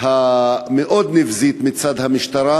המאוד-נבזית מצד המשטרה,